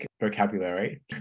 vocabulary